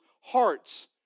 hearts